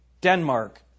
Denmark